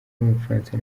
w’umufaransa